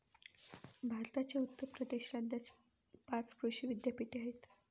भारताच्या उत्तर प्रदेश राज्यात पाच कृषी विद्यापीठे आहेत